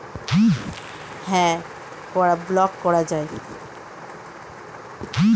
যদি কারুর debit card হারিয়ে যায় তাহলে সেটাকে সঙ্গে সঙ্গে ব্লক বা হটলিস্ট করা যায়